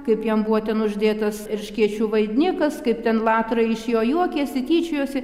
kaip jam buvo ten uždėtas erškėčių vainikas kaip ten latrai iš jo juokėsi tyčiojosi